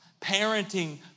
parenting